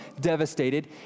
devastated